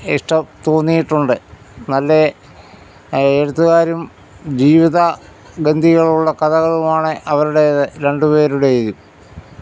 ഇഷ്ടം തോന്നിയിട്ടുണ്ട് നല്ലെ എഴുത്തുകാരും ജീവിത ഗന്ധികളുള്ള കഥകളുമാണ് അവരുടേത് രണ്ടുപേരുടെയും